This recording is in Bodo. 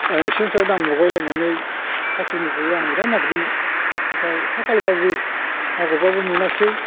एकसेन्स आव नाम लगाय लायनानै साख्रिनिखौ आं बिराद नागिरदोंमोन नाथाय खाफाल गाज्रि नागिरबाबो मोनाख्सै